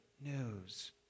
news